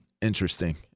interesting